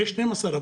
זה 12,000,